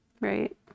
Right